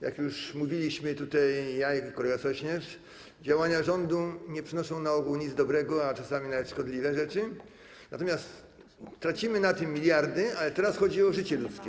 Jak już mówiliśmy ja i kolega Sośnierz, działania rządu nie przynoszą na ogół nic dobrego, a czasami nawet szkodliwe rzeczy, natomiast tracimy na tym miliardy, ale teraz chodzi o życie ludzkie.